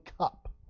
cup